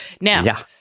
Now